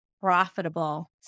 profitable